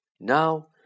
Now